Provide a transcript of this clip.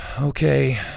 Okay